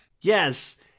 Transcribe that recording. yes